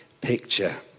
picture